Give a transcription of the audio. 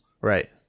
Right